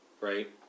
right